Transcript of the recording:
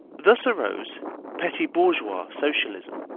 thus arose petty-bourgeois socialism.